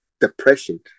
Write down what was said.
depression